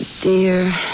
dear